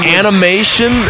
animation